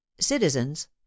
Citizens